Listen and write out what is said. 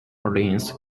orleans